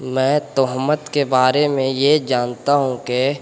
میں تہمت کے بارے میں یہ جانتا ہوں کہ